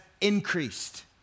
increased